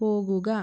പോകുക